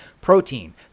protein